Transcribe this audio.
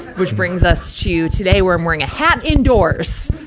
which brings us to today where i'm wearing a hat indoors.